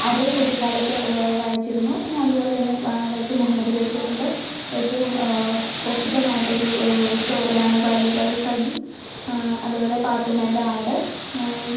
അത് കുട്ടിക്കാലത്ത് വായിച്ചിരുന്നു പിന്നെ അതുപോലെ തന്നെ വൈക്കം മുഹമ്മദ് ബഷീറിൻ്റെ ഏറ്റവും പ്രസിദ്ധമായിട്ടൊരു സ്റ്റോറിയാണ് ബാല്യകാലസഖി അതുപോലെ പാത്തുമ്മയുടെ ആട്